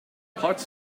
parts